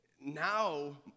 now